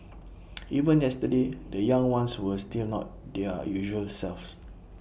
even yesterday the young ones were still not their usual selves